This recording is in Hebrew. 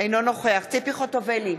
אינו נוכח ציפי חוטובלי,